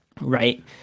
Right